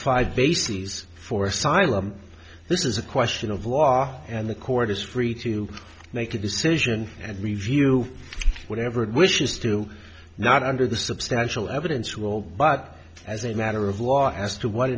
five bases for asylum this is a question of law and the court is free to make a decision and review whatever it wishes to not under the substantial evidence role but as a matter of law as to what